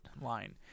line